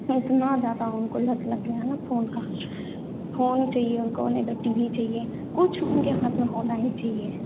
इतना ज़्यादा उनको लत गया है ना फोन का फोन चाहिए उनको नहीं तो टी वी चाहिए कुछ उनके हाथ में होना ही चाहिए